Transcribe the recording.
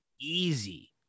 easy